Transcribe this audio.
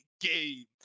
game